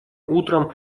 утром